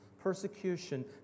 persecution